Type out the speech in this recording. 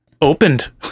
opened